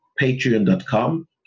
patreon.com